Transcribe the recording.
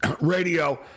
radio